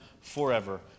forever